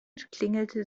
klingelte